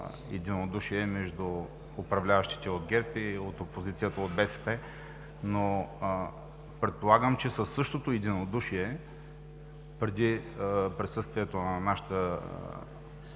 единодушие между управляващите от ГЕРБ и опозицията от БСП. Предполагам, че със същото единодушие преди присъствието на нашата